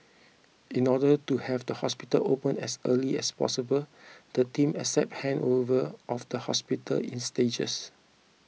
in order to have the hospital opened as early as possible the team accepted handover of the hospital in stages